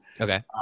okay